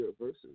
verses